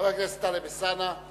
חבר הכנסת טלב אלסאנע.